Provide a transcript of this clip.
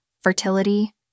fertility